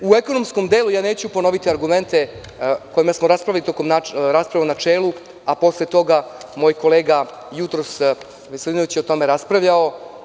U ekonomskom delu neću ponoviti argumente o kojima smo raspravljali tokom rasprave u načelu, a posle toga je i moj kolega Veselinović jutros o tome raspravljao.